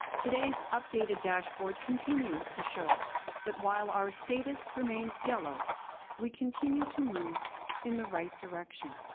today's updated dashboard continues to show that while our status remains yellow we continue to move in the right direction